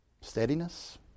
steadiness